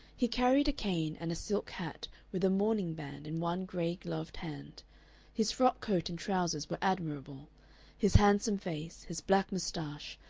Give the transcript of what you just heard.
he carried a cane and a silk hat with a mourning-band in one gray-gloved hand his frock-coat and trousers were admirable his handsome face, his black mustache,